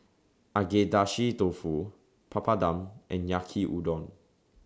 Agedashi Dofu Papadum and Yaki Udon